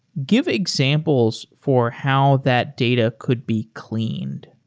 give examples for how that data could be cleaned.